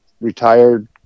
retired